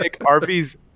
Arby's